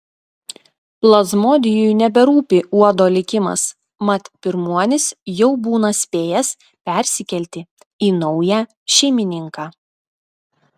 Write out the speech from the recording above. plazmodijui neberūpi uodo likimas mat pirmuonis jau būna spėjęs persikelti į naują šeimininką